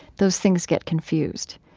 those things get confused.